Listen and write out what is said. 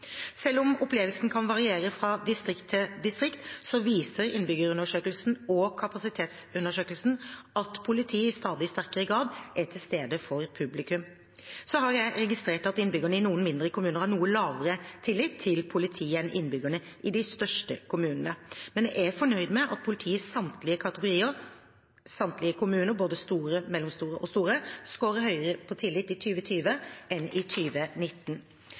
Selv om opplevelsen kan variere fra distrikt til distrikt, viser innbyggerundersøkelsen og kapasitetsundersøkelsen at politiet i stadig sterkere grad er til stede for publikum. Jeg har registrert at innbyggerne i noen mindre kommuner har noe lavere tillit til politiet enn innbyggerne i de største kommunene. Men jeg er fornøyd med at politiet i samtlige kategorier kommuner, både små, mellomstore og store, skårer høyere på tillit i 2020 enn i